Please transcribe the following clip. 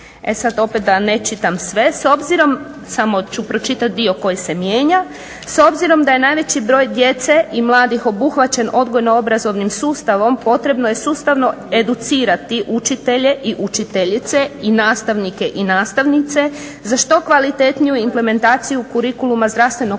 e sad opet da ne čitam sve samo ću pročitati dio koji se mijenja, "s obzirom da je najveći broj djece i mladih obuhvaćen odgojno-obrazovnim sustavom potrebno je sustavno educirati učitelje i učiteljice i nastavnike i nastavnice za što kvalitetniju implementaciju kurikuluma zdravstvenog